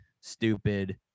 stupid